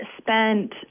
spent